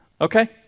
Okay